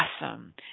Awesome